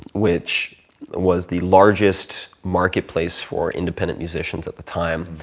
which was the largest marketplace for independent musicians at the time.